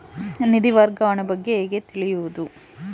ನಿಧಿ ವರ್ಗಾವಣೆ ಬಗ್ಗೆ ಹೇಗೆ ತಿಳಿಯುವುದು?